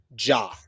Ja